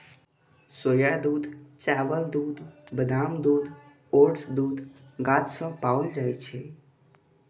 सोया दूध, चावल दूध, बादाम दूध, ओट्स दूध गाछ सं पाओल जाए छै